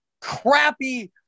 crappy